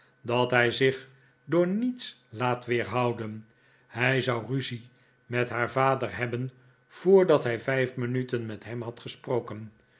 dat hij zich door niets laat weerhouden hij zou ruzie met haar vader hebben voordat hij vijf minuten met hem had gesproken